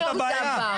זאת הבעיה.